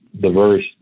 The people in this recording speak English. diverse